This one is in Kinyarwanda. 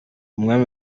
umwami